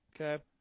Okay